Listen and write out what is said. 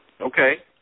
Okay